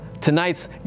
Tonight's